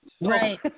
Right